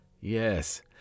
Yes